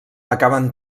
acaben